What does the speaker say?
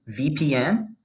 VPN